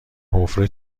حفره